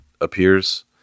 appears